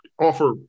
offer